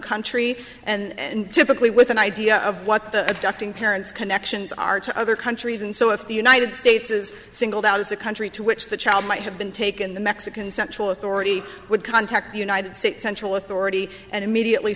country and typically with an idea of what the abducting parents connections are to other countries and so if the united states is singled out as a country to which the child might have been taken the mexican central authority would contact the united states central authority and immediately